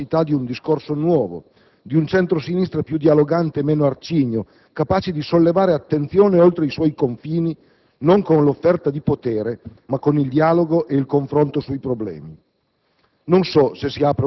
testimoniano la capacità di un discorso nuovo, di un centro-sinistra più dialogante e meno arcigno, capace di sollevare attenzione oltre i suoi confini non con l'offerta di potere, ma con il dialogo ed il confronto sui problemi.